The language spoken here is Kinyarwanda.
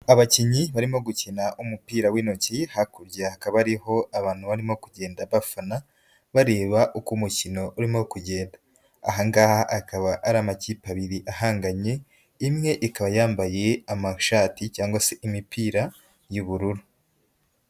Abakinnyi barimo gukina umupira w'intoki, hakurya hakaba hariho abantu barimo kugenda bafana bareba uko umukino urimo kugenda, aha ngaha akaba ari amakipe abiri ahanganye, imwe ikaba yambaye amashati cyangwa se imipira y'ubururu.